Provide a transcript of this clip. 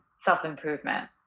self-improvement